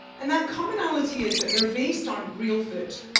and that commonality is that they're based on real food,